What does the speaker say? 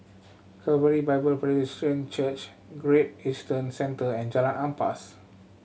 Calvary Bible Presbyterian Church Great Eastern Centre and Jalan Ampas